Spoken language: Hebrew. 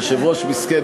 היושב-ראש מסכן,